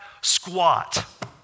squat